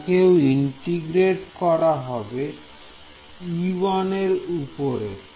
এটাকেও ইন্টিগ্রেট করা হবে e1 এর উপরে